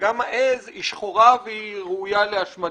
וגם העז היא שחורה וראויה להשמדה.